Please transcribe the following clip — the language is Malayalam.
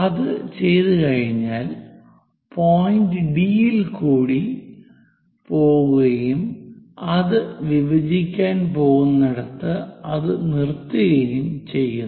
അത് ചെയ്തുകഴിഞ്ഞാൽ പോയിന്റ് ഡി യിൽ കൂടി പോവുകയും അത് വിഭജിക്കാൻ പോകുന്നിടത്ത് അത് നിറുത്തുകയും ചെയ്യുന്നു